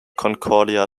concordia